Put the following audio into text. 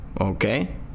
Okay